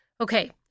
Okay